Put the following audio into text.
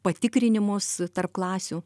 patikrinimus tarp klasių